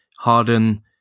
Harden